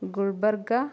Gulbarga